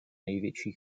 největší